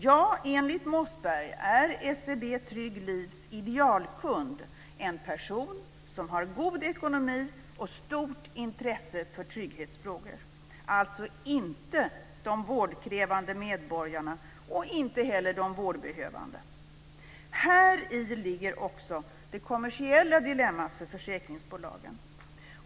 Ja, enligt Mossberg är SEB Trygg Livs idealkund en person som har god ekonomi och stort intresse för trygghetsfrågor. Det är alltså inte de vårdkrävande medborgarna och inte heller de vårdbehövande. Häri ligger också det kommersiella dilemmat för försäkringsbolagen.